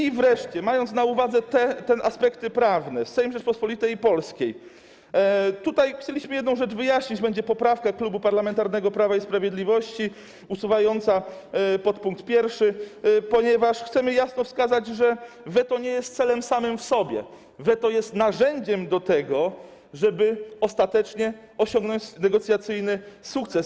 I wreszcie, mając na uwadze te aspekty prawne, Sejm Rzeczypospolitej Polskiej... tutaj chcieliśmy jedną rzecz wyjaśnić: będzie poprawka Klubu Parlamentarnego Prawa i Sprawiedliwości usuwająca pkt 1, ponieważ chcemy jasno wskazać, że weto nie jest celem samym w sobie, weto jest narzędziem do tego, żeby ostatecznie osiągnąć negocjacyjny sukces.